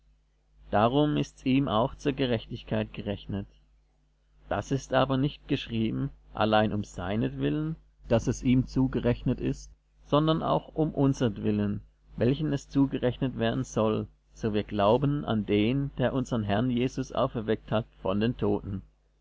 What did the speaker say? darum ist's ihm auch zur gerechtigkeit gerechnet das ist aber nicht geschrieben allein um seinetwillen daß es ihm zugerechnet ist sondern auch um unsertwillen welchen es zugerechnet werden soll so wir glauben an den der unsern herrn jesus auferweckt hat von den toten